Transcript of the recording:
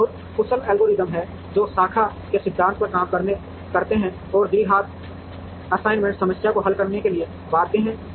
और बहुत कुशल एल्गोरिदम हैं जो शाखा के सिद्धांत पर काम करते हैं और द्विघात असाइनमेंट समस्या को हल करने के लिए बाध्य हैं